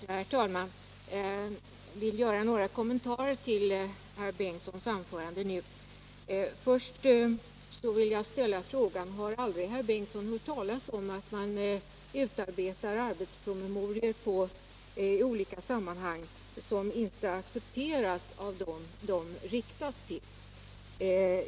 Herr talman! Jag vill göra några kommentarer till anförandet av herr Torsten Bengtson. Först vill jag ställa frågan: Har aldrig herr Bengtson hört talas om att man i olika sammanhang utarbetar arbetspromemorior som inte accepteras av dem de riktas till?